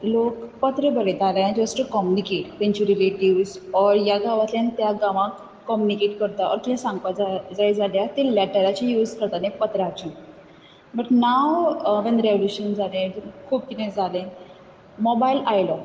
लोक पत्र बरयताले जस्ट टू कॉमनिकेट तेंचे रिलेटिव्ज ऑर ह्या गांवांतल्यान त्या गांवाक कॉमनिकेट करता ऑर किदें सांगपा जाय जाय जाल्या ते लॅटराची यूज करताले पत्राचे बट णाव वॅन रॅवल्युशन जालें खूप किदें जालें मोबायल आयलो